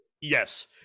yes